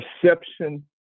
perception